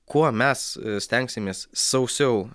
kuo mes stengsimės sausiau